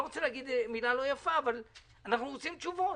רוצים תשובות.